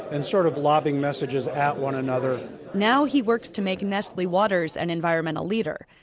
and sort of lobbing messages at one another now, he works to make nestle waters an environmental leader,